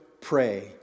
pray